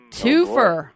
twofer